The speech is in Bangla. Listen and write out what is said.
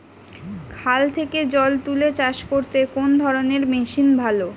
খাল থেকে জল তুলে চাষ করতে কোন ধরনের মেশিন ভালো?